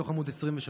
מתוך עמ' 23: